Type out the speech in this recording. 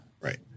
right